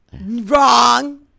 Wrong